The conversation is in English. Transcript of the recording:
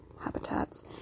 habitats